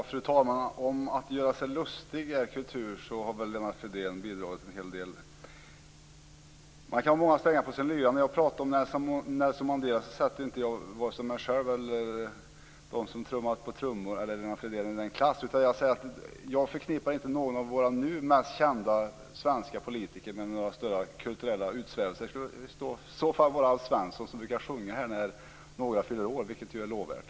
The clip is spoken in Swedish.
Fru talman! Om det är kultur att göra sig lustig har väl Lennart Fridén bidragit med en hel del. Man kan ha många strängar på sin lyra, men när jag pratade om Nelson Mandela satte jag inte vare sig mig själv eller de som trummat på trummor eller Lennart Fridén i den klassen. Jag säger att jag inte förknippar någon av våra nu mest kända svenska politiker med några större kulturella utsvävningar. Det skulle i så fall vara Alf Svensson, som brukar sjunga när någon fyller år, vilket ju är lovvärt.